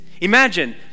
Imagine